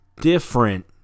different